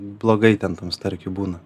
blogai ten tam starkiui būna